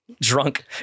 drunk